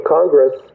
Congress